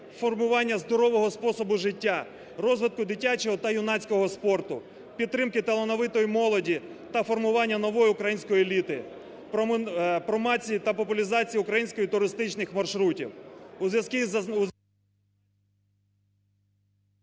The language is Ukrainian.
формування здорового способу життя, розвитку дитячого та юнацького спорту, підтримки талановитої молоді та формування нової української еліти, промоції та популізації українських туристичних маршрутів.